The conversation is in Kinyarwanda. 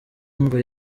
ngo